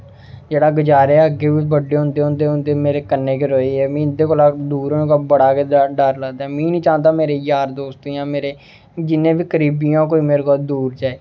जेह्ड़ा गुजारेआ अग्गें बी बड्डे होंदे होंदे गै मेरे कन्नै गै रोहे ऐ मिगी इं'दे कोला दूर होने कोला बड़ा गै जादा डर लगदा में नेईं चाहंदा मेरे यार दोस्त जां मेरे जि'न्ने बी करीबी ऐ ओह् कोई मेरे कोला दूर जाए